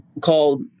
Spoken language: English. called